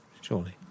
surely